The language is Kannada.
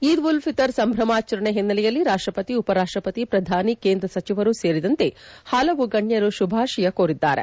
ಈದ್ ಉಲ್ ಫಿತರ್ ಸಂಭ್ರಮಾಚರಣೆ ಹಿನ್ನೆಲೆಯಲ್ಲಿ ರಾಷ್ಷಪತಿ ಉಪರಾಷ್ಷಪತಿ ಪ್ರಧಾನಿ ಕೇಂದ್ರ ಸಚಿವರು ಸೇರಿದಂತೆ ಹಲವು ಗಣ್ಣರು ಶುಭಾಶಯ ಕೋರಿದ್ದಾರೆ